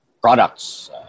products